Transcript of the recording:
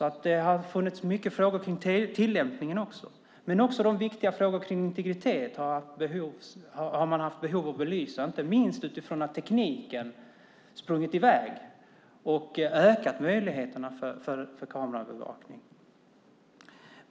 Det har funnits många frågor kring tillämpningen. Man har också haft behov av att belysa viktiga frågor kring integritet, inte minst med tanke på att tekniken sprungit i väg och ökat möjligheterna för kameraövervakning.